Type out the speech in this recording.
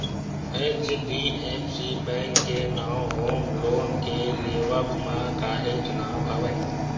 HDFC bank के नांव home loan के लेवब म काहेच नांव हवय